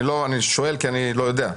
אני שואל כי איני יודע.